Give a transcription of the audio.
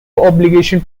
obligation